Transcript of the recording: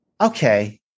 okay